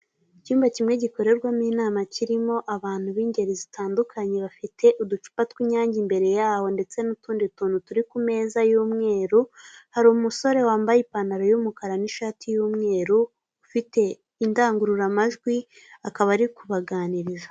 Icyumba kimwe gikorerwamo inama kirimo abantu bingeri zitandukanye bafite uducupa tw'inyange imbere yabo ndetse nutundi tuntu turi ku meza y'umweru hari umusore wambaye ipantaro y'umukara n'ishati y'umweru ufite indangururamajwi akaba ari kubaganiriza.